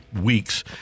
weeks